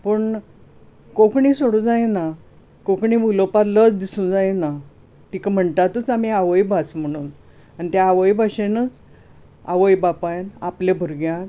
पूण कोंकणी सोडूंक जायना कोंकणी उलोवपा लज दिसूंक जायना तिका म्हणटातूच आमी आवयभास म्हुणू आनी त्या आवय भाशेनच आवय बापायन आपल्या भुरग्यांक